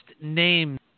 names